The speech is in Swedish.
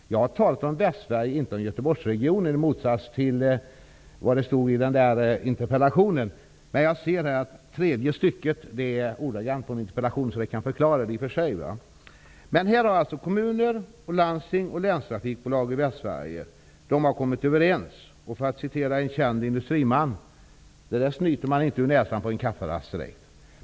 Jag har talat om Västsverige, inte om Göteborgsregionen, i motsats till vad som stod i interpellationen. Men tredje stycket i det skrivna svaret är ordagrant taget från interpellationssvaret, så det kan förklara detta svar. Västsverige har kommit överens. För att citera en känd industriman vill jag säga att det där snyter man inte ur nästan på en kafferast direkt.